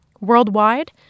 Worldwide